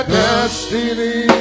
destiny